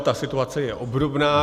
Ta situace je obdobná.